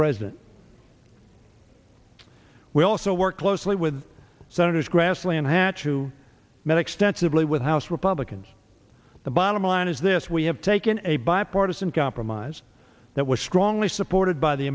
president we also work closely with senators grassley and hachoo met extensively with house republicans the bottom line is this we have taken a bipartisan compromise that was strongly supported by the